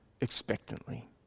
expectantly